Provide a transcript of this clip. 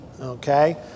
okay